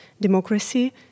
democracy